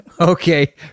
Okay